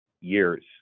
years